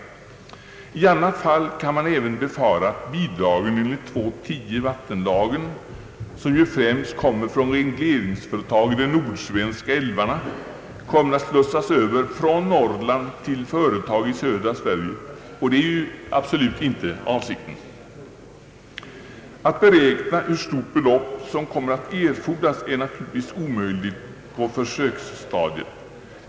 I annat fall kan man även befara att bidragen. enligt 2: 10 vattenlagen, vilka ju främst kommer från regleringsföretag i de nordsvenska älvarna, skulle slussas över från Norrland till företag i södra Sverige — och det är ju absolut inte avsikten. Att beräkna hur stort belopp som kommer att erfordras är naturligtvis omöjligt på försöksstadiet.